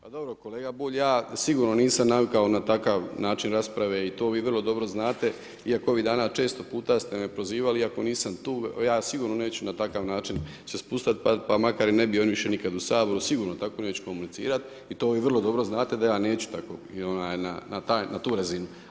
Pa dobro kolega Bulj, ja sigurno nisam navikao na takav način rasprave i to vi vrlo dobro znate iako ovih dana često puta ste me prozivali iako nisam tu, ja sigurno neću na takav način se spuštati pa makar i ne bio više nikad u Saboru, sigurno neću tako komunicirati i to vi vrlo dobro znate da ja neću na tu razinu.